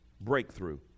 breakthrough